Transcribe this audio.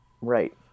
Right